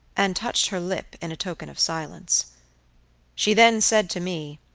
and touched her lip in token of silence she then said to me,